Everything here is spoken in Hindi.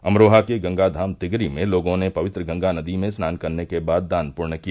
अमरोहा के गंगाधाम तिगरी में लोगों ने पवित्र गंगा नदी में स्नान करने के बाद दान पुण्य किया